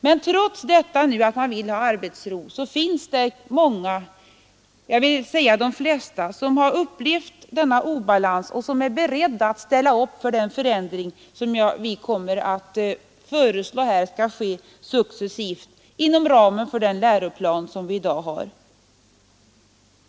Men trots att man nu vill ha arbetsro finns det många — jag vill säga de flesta — som har upplevt denna obalans och som är beredda att ställa upp för den förändring som vi kommer att föreslå skall ske successivt inom ramen för den läroplan som gäller i dag.